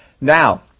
Now